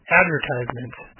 advertisements